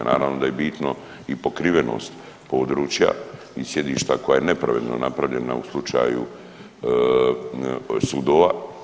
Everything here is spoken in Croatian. Naravno da je bitno i pokrivenost područja i sjedišta koja je nepravedno napravljena u slučaju sudova.